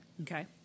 Okay